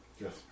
yes